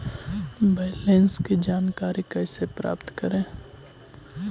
Balance की जानकारी कैसे प्राप्त करे?